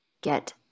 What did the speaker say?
Get